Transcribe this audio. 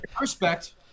Respect